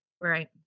Right